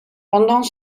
pendant